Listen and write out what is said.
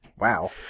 Wow